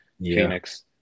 Phoenix